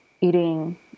eating